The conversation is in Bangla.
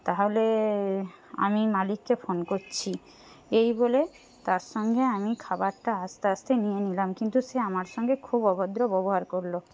তাহলে আমি মালিককে ফোন করছি এই বলে তার সঙ্গে আমি খাবারটা আস্তে আস্তে নিয়ে নিলাম কিন্তু সে আমার সঙ্গে খুব অভদ্র ব্যবহার করলো